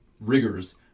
rigors